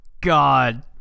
God